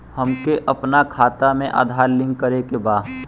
हमके अपना खाता में आधार लिंक करें के बा?